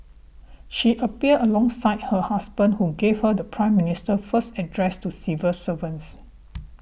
she appeared alongside her husband who gave her the Prime Minister's first address to civil servants